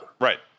Right